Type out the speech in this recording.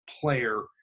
player